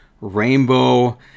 Rainbow